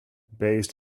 based